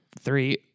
three